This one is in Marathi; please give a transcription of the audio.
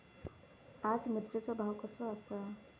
आज मिरचेचो भाव कसो आसा?